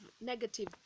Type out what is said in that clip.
negative